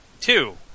two